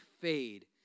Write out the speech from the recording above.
fade